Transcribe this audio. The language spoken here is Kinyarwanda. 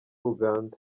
uganda